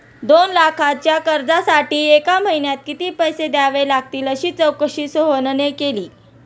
दोन लाखांच्या कर्जासाठी एका महिन्यात किती पैसे द्यावे लागतील अशी चौकशी सोहनने केली